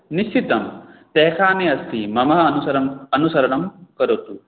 निश्चितं तेहखाने अस्ति मम अनुसरम् अनुसरणं करोतु